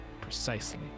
Precisely